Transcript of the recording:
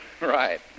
Right